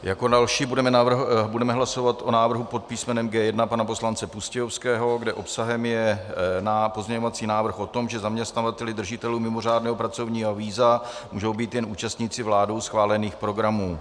Jako další budeme hlasovat o návrhu pod písmenem G1 pana poslance Pustějovského, kde obsahem je pozměňovací návrh o tom, že zaměstnavateli držitelů mimořádného pracovního víza můžou být jen účastníci vládou schválených programů.